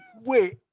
Wait